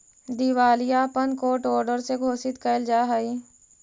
दिवालियापन court order से घोषित कैल जा हई